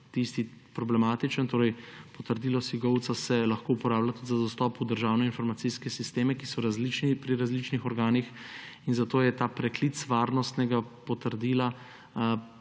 tisti problematični. Torej, potrdilo SIGOV-CA se lahko uporablja tudi za dostop v državne informacijske sisteme, ki so različni pri različnih organih, in zato je ta preklic varnostnega potrdila